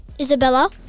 Isabella